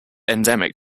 endemic